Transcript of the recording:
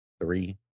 Three